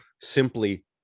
simply